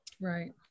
Right